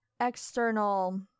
external